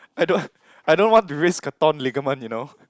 I don't want I don't want to raise a torn ligament you know